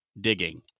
digging